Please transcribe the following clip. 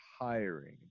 hiring